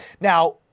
Now